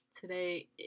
today